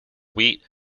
wheat